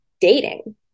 dating